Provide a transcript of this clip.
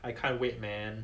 I can't wait man